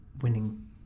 winning